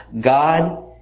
God